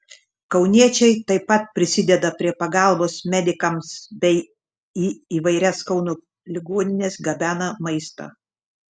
kauniečiai taip pat prisideda prie pagalbos medikams bei į įvairias kauno ligonines gabena maistą